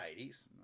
80s